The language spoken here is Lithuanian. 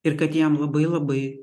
ir kad jam labai labai